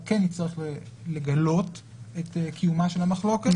הוא יצטרך לגלות את קיומה של המחלוקת.